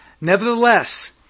Nevertheless